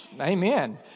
amen